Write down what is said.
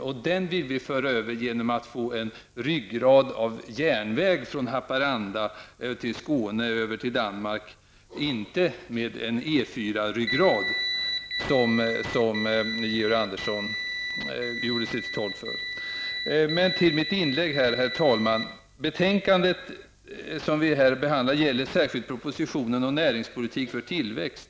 Den trafiken vill vi föra över genom att få till stånd en ryggrad av järnväg från Haparanda till Skåne och över till Danmark och inte en E 4-ryggrad som Georg Andersson gjorde sig till tolk för. Herr talman! Det betänkande som vi nu behandlar gäller särskilt propositionen om näringspolitik för tillväxt.